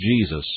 Jesus